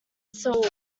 soul